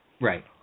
Right